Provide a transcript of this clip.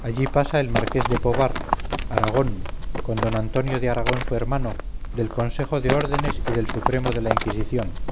allí pasa el marqués de pobar aragón con don antonio de aragón su hermano del consejo de ordenes y del supremo de la inquisición